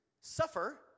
suffer